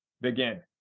begin